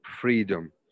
freedom